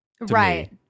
Right